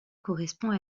correspond